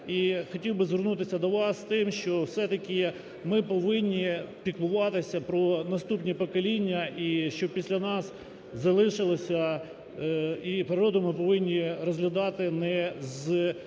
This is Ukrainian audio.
хотів би звернутися до вас з тим, що все-таки ми повинні піклуватися про наступні покоління і щоб після нас залишилося… І природу ми повинні розглядати не з погляду